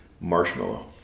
Marshmallow